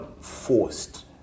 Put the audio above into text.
forced